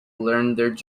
learned